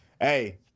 Hey